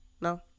No